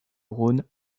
rhône